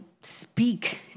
speak